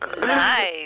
Nice